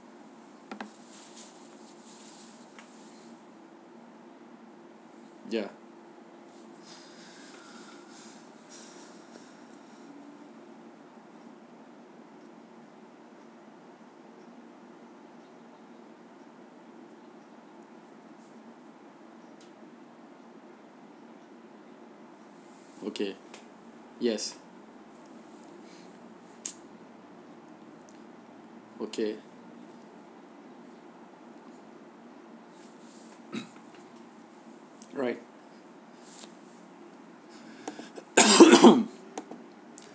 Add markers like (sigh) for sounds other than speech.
ya (breath) okay yes okay (coughs) right (coughs)